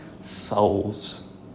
souls